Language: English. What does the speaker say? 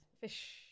Fish